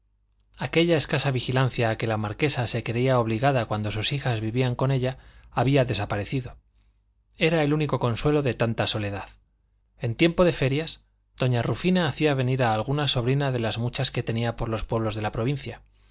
aquella escasa vigilancia a que la marquesa se creía obligada cuando sus hijas vivían con ella había desaparecido era el único consuelo de tanta soledad en tiempo de ferias doña rufina hacía venir alguna sobrina de las muchas que tenía por los pueblos de la provincia